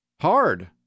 hard